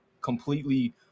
completely